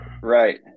Right